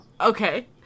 Okay